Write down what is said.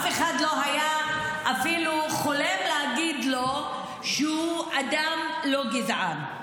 אף אחד לא היה אפילו חולם להגיד לו שהוא אדם לא גזען,